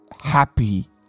happy